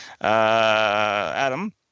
Adam